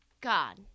God